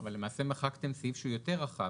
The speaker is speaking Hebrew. אבל למעשה מחקתם סעיף שהוא יותר רחב,